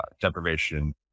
deprivation